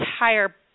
entire